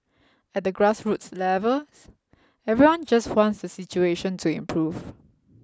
at the grassroots levels everyone just wants the situation to improve